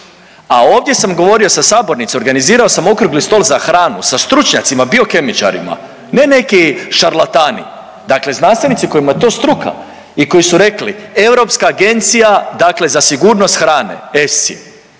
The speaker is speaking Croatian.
A ovdje sam govorio sa sabornice, organizirao sam okrugli stol za hranu sa stručnjacima biokemičarima, ne neki šarlatani. Dakle, znanstvenici kojima je to struka i koji su rekli Europska agencija dakle za sigurnost hrane ESI